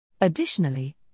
Additionally